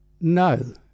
No